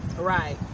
Right